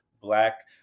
Black